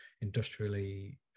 industrially